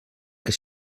que